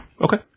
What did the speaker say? Okay